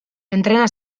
entrena